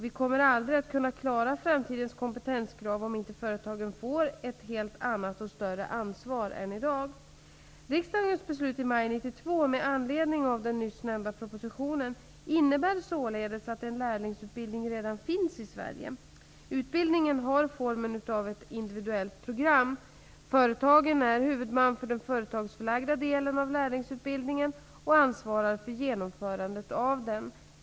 Vi kommer aldrig att kunna klara framtidens kompetenskrav om inte företagen får ett helt annat och större ansvar än i dag. Riksdagens beslut i maj 1992 med anledning av den nyss nämnda propositionen innebär således att en lärlingsutbildning redan finns i Sverige. Utbildningen har formen av ett individuellt program. Företagen är huvudman för den företagsförlagda delen av lärlingsutbildningen och ansvarar för genomförandet av den.